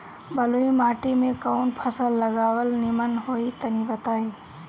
बलुई माटी में कउन फल लगावल निमन होई तनि बताई?